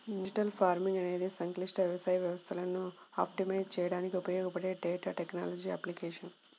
digital farming అనేది సంక్లిష్ట వ్యవసాయ వ్యవస్థలను ఆప్టిమైజ్ చేయడానికి ఉపయోగపడే డేటా టెక్నాలజీల అప్లికేషన్